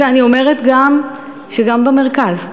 אני אומרת שגם במרכז.